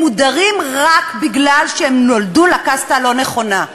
הם מודרים רק מפני שהם נולדו לקסטה הלא-נכונה.